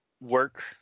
work